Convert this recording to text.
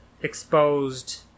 exposed